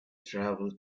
traveled